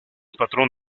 patrón